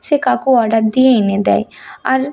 সে কাকু অর্ডার দিয়ে এনে দেয় আর